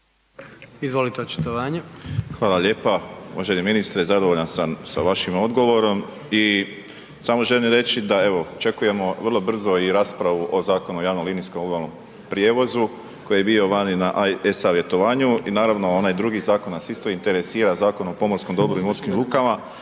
**Borić, Josip (HDZ)** Hvala lijepa. Uvaženi ministre, zadovoljan sam sa vašim odgovorom i samo želim reći da evo očekujemo vrlo brzo i raspravu o Zakonu o javno-linijskom obalnom prijevozu koji je bio vani na e-savjetovanju i naravno, onaj drugi zakon nas isto interesira, Zakon o pomorskom dobru i morskim lukama